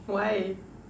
why